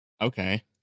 Okay